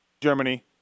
Germany